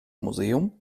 museum